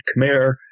Khmer